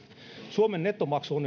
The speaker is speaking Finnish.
suomen nettomaksu on